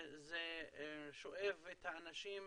וזה שואב את האנשים